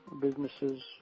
businesses